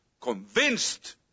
convinced